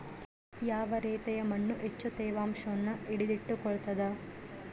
ಯಾವ ರೇತಿಯ ಮಣ್ಣು ಹೆಚ್ಚು ತೇವಾಂಶವನ್ನು ಹಿಡಿದಿಟ್ಟುಕೊಳ್ತದ?